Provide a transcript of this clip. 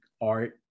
art